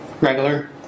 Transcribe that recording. regular